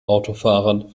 autofahrern